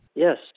Yes